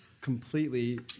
completely